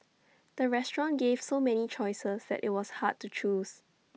the restaurant gave so many choices that IT was hard to choose